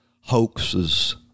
hoaxes